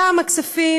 גם הכספים,